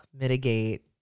mitigate